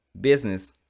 business